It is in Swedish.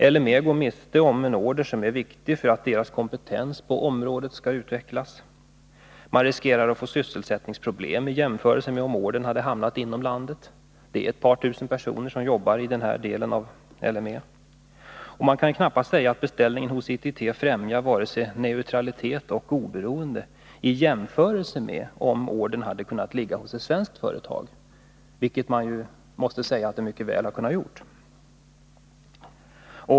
LM Ericsson går miste om en order som är viktig för att dess kompetens på området skall utvecklas, man löper större risk att få sysselsättningsproblem än man hade gjort om ordern hamnat inom landet — det är ett par tusen personer som jobbar inom den här delen av L M Ericsson — och man kan knappast säga att man genom beställningen hos ITT främjar vare sig neutralitet eller oberoende i större utsträckning än man skulle ha gjort om man placerat ordern hos ett svenskt företag, vilket man mycket väl hade kunnat göra.